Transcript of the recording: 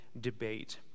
debate